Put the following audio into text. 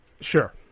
Sure